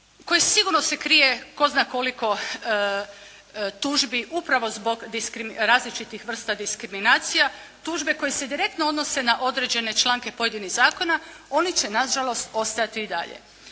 koji sigurno se krije tko zna koliko tužbi upravo zbog različitih vrsta diskriminacija, tužbe koje se direktno odnose na određene članke pojedinih zakona oni će nažalost ostajati i dalje.